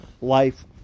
life